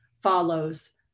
follows